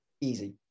easy